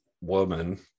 woman